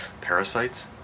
Parasites